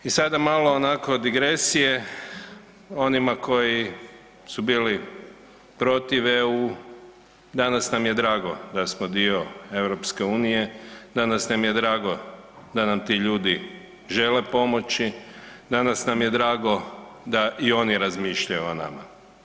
I sada malo onako digresije onima koji su bili protiv EU, danas nam je drago da smo dio EU, danas nam je drago da nam ti ljudi žele pomoći, danas nam je drago da i oni razmišljaju o nama.